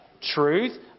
truth